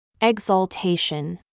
Exaltation